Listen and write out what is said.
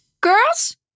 Girls